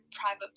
private